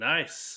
Nice